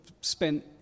spent